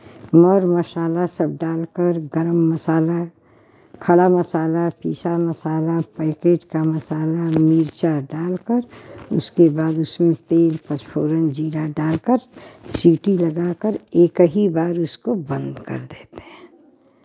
मर मसाला सब डाल कर गरम मसाला खरा मसाला पीसा मसाला पैकेट का मसाला मिरचा डाल कर उसके बाद तेल पाँचफोरन जीरा डाल कर सीटी लगा कर एक ही बार उसको बंद कर देते हैं